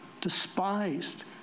despised